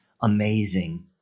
amazing